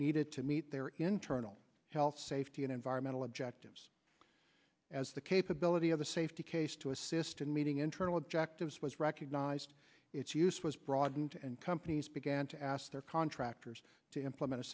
needed to meet their internal health safety and environmental objectives as the capability of the safety case to assist in meeting internal objectives was recognised its use was broadened and companies began to ask their contractors to implement a